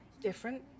different